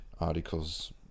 articles